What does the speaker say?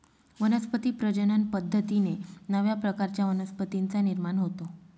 वनस्पती प्रजनन पद्धतीने नव्या प्रकारच्या वनस्पतींचा निर्माण होतो